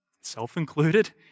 self-included